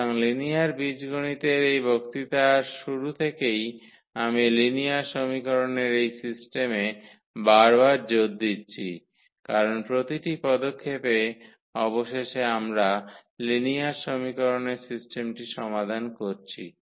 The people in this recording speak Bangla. সুতরাং লিনিয়ার বীজগণিতের এই বক্তৃতার শুরু থেকেই আমি লিনিয়ার সমীকরণের এই সিস্টেমে বারবার জোর দিচ্ছি কারণ প্রতিটি পদক্ষেপে অবশেষে আমরা লিনিয়ার সমীকরণের সিস্টেমটি সমাধান করছি